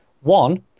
one